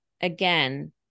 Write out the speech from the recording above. again